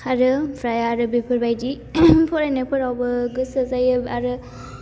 खारो ओमफ्राय आरो बेफोरबायदि फरायनाय फोरावबो गोसो जायो आरो